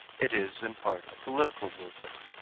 it is in part a political movement.